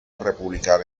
republicana